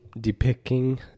depicting